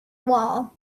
wall